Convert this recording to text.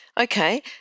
Okay